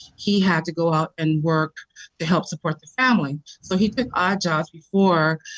he had to go out and work to help support the family. so he took odd jobs before